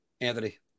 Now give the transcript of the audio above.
Anthony